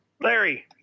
Larry